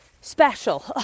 special